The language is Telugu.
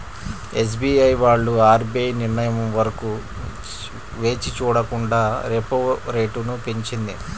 ఎస్బీఐ వాళ్ళు ఆర్బీఐ నిర్ణయం వరకు వేచి చూడకుండా రెపో రేటును పెంచింది